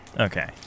Okay